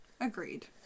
agreed